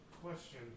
Question